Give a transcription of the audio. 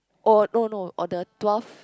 oh no no or the twelve